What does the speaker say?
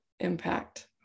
impact